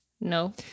No